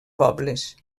pobles